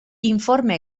informe